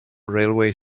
railway